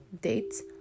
dates